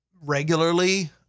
regularly